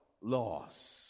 Loss